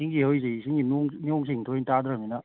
ꯏꯁꯤꯡꯁꯦ ꯍꯧꯖꯤꯛꯇꯤ ꯏꯁꯤꯡꯁꯦ ꯅꯣꯡ ꯅꯣꯡ ꯏꯁꯤꯡ ꯇꯣꯏꯅ ꯇꯥꯗ꯭ꯔꯕꯅꯤꯅ